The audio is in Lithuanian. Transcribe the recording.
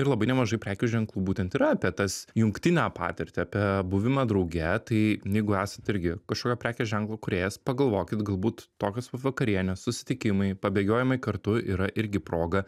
ir labai nemažai prekių ženklų būtent yra apie tas jungtinę patirtį apie buvimą drauge tai jeigu esat irgi kažkokio prekės ženklo kūrėjas pagalvokit galbūt tokios va vakarienės susitikimai pabėgiojimai kartu yra irgi proga